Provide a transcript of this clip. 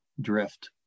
drift